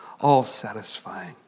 all-satisfying